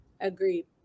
Agreed